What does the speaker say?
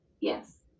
Yes